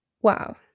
Wow